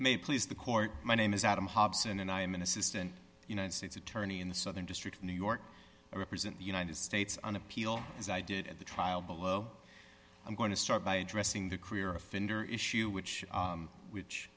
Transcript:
may please the court my name is adam hobson and i am an assistant united states attorney in the southern district of new york i represent the united states on appeal as i did at the trial below i'm going to start by addressing the career offender issue which which